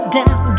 down